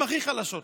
הן הכי חלשות שיש,